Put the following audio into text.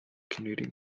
canadian